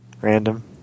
Random